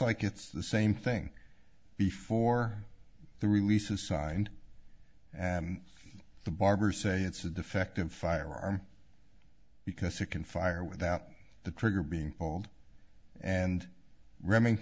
like it's the same thing before the release is signed and the barber say it's a defective firearm because it can fire without the trigger being told and remin